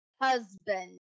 husband